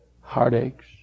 heartaches